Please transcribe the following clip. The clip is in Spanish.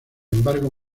embargo